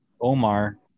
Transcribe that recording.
Omar